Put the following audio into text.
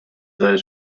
those